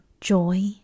joy